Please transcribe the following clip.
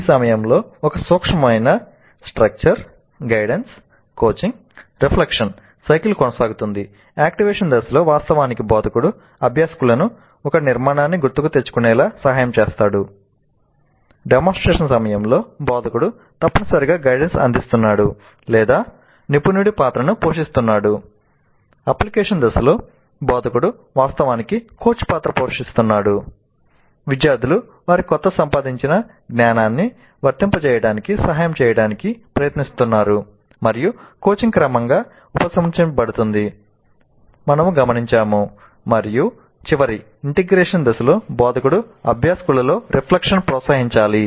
ఈ సమయంలో ఒక సూక్ష్మమైన "స్ట్రక్చర్ - గైడెన్స్ - కోచింగ్ - రిఫ్లెక్షన్" దశలో బోధకుడు అభ్యాసకులలో రిఫ్లెక్షన్ని ప్రోత్సహించాలి